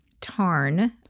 tarn